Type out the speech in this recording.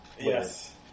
Yes